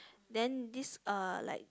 then this uh like